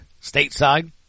stateside